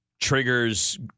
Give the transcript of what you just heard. triggers